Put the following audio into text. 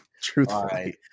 Truthfully